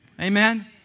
Amen